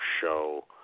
show